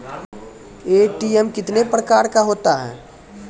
ATM कितने प्रकार का होता हैं?